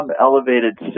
elevated